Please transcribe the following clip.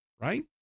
Right